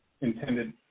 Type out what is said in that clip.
intended